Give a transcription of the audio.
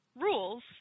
rules